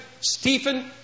Stephen